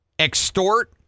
extort